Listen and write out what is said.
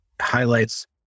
highlights